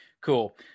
cool